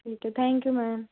ठीक है thank you ma'am